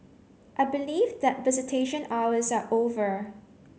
I believe that visitation hours are over